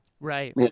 Right